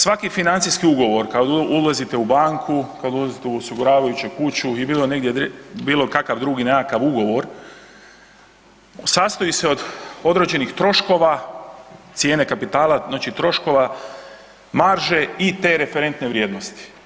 Svaki financijski ugovor, kad ulazite u banku, kad ulazite u osiguravajuću kuću ili bilo negdje, bilo kakav drugi nekakav ugovor sastoji se od određenih troškova, cijene kapitala, znači troškova marže i te referentne vrijednosti.